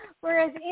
Whereas